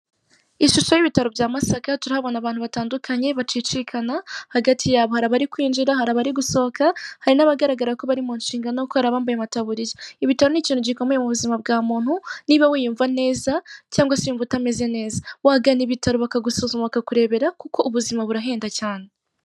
Ishusho y'ibitaro bya Masaka, turahabona abantu batandukanye, bacicikana hagati yabo, hari abari kwijira, hari abari gusohoka, hari n'abagaragara ko bari mu nshingano kuko hari abambaye amataburiya. Ibitaro ni ikintu gikomeye mu buzima bwa muntu, niba wiyumva neza, cyangwa se wumva utameze neza, wagana ibitaro bakagusuzuma bakakurebera, kuko ubuzima burahenda cyane.